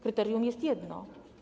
Kryterium jest jedno.